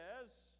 says